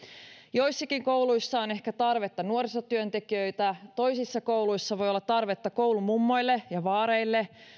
joissakin kouluissa on ehkä tarvetta nuorisotyöntekijöille toisissa kouluissa voi olla tarvetta koulumummoille ja vaareille